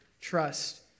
trust